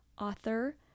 author